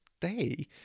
day